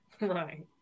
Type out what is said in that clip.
Right